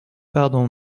pardon